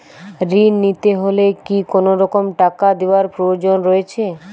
ঋণ নিতে হলে কি কোনরকম টাকা দেওয়ার প্রয়োজন রয়েছে?